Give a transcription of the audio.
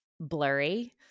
blurry